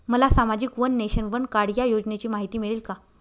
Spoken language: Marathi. मला सामाजिक वन नेशन, वन कार्ड या योजनेची माहिती मिळेल का?